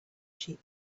sheep